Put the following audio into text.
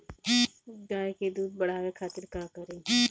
गाय के दूध बढ़ावे खातिर का करी?